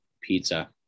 Pizza